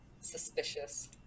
Suspicious